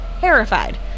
terrified